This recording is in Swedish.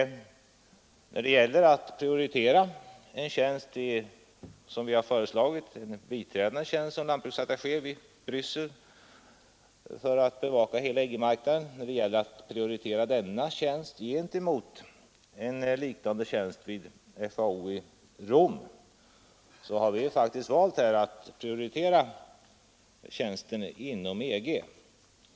När det gäller att välja mellan en tjänst som biträdande lantbruksattaché i Bryssel — för att bevaka hela EG-marknaden — och en liknande tjänst vid FAO i Rom, har vi valt att prioritera tjänsten inom EG.